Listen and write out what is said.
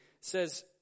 says